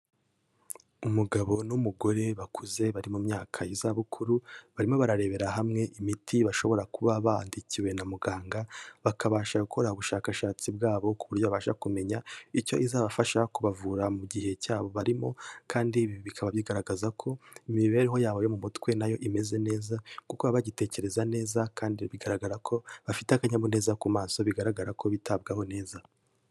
Umugabo n'umugore bakuze bari mu myaka y'izabukuru, barimo bararebera hamwe imiti bashobora kuba bandikiwe na muganga, bakabasha gukora ubushakashatsi bwabo ku buryo babasha kumenya icyo izabafasha kubavura mu gihe cyabo, barimo kandi ibi bikaba bigaragaza ko imibereho yabo yo mu mutwe nayo imeze neza kuko baba bagitekereza neza kandi bigaragara ko bafite akanyamuneza ku maso bigaragara ko bitabwaho neza.